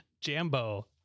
Jambo